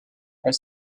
are